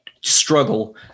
struggle